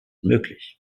möglich